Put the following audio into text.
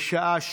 בשעה